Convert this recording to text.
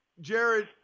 Jared